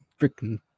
Freaking